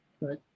Right